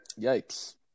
Yikes